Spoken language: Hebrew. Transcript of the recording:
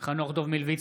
חנוך דב מלביצקי,